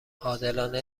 عادلانه